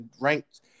ranked